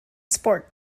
sport